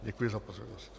Děkuji za pozornost.